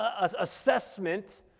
assessment